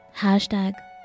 Hashtag